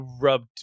rubbed